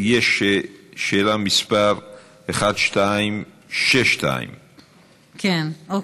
יש שאלה מס' 1262. כן, אוקיי.